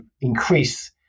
increase